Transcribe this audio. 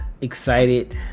Excited